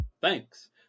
Thanks